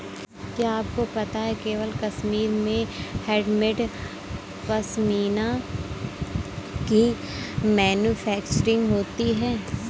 क्या आपको पता है केवल कश्मीर में ही हैंडमेड पश्मीना की मैन्युफैक्चरिंग होती है